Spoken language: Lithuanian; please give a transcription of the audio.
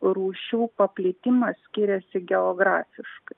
rūšių paplitimas skiriasi geografiškai